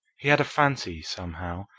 he had a fancy, somehow,